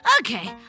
okay